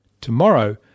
Tomorrow